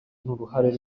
n’uruhare